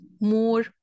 more